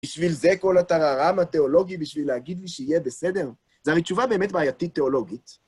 בשביל זה כל הטררם התיאולוגי, בשביל להגיד לי שיהיה בסדר, זה הרי תשובה באמת בעייתית תיאולוגית.